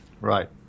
Right